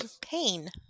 Pain